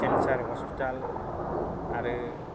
cancer hospital आरो